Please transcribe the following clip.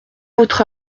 votre